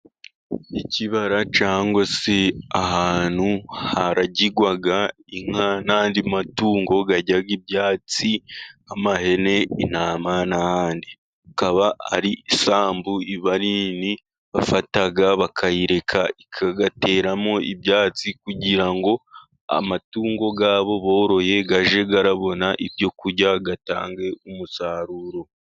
Ikibara cyangwa se ahantu haragirwa inka n'andi matungo arya ibyatsi nk'amahene, intama n'andi. Hakaba ari isambu iba ari nini bafata bakayireka bakayateramo ibyatsi, kugira ngo amatungo yabo boroye ajye abona ibyo kurya atange umusaruro.